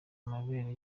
amabere